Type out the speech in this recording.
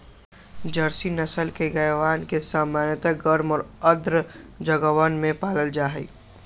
Jersey नस्ल के गायवन के सामान्यतः गर्म और आर्द्र जगहवन में पाल्ल जाहई